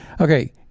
okay